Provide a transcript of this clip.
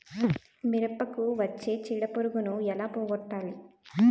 మిరపకు వచ్చే చిడపురుగును ఏల పోగొట్టాలి?